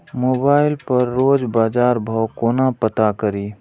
Mobile पर रोज बजार भाव कोना पता करि?